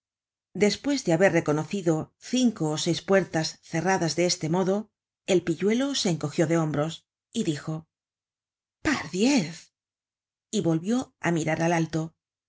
despues de haber reconocido cinco ó seis puertas cerradas de este modo el pilluelo se encogió de hombros y dijo pardiez i y volvió á mirar al alto